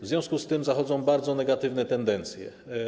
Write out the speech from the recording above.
W związku z tym zachodzą bardzo negatywne tendencje.